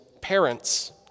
parents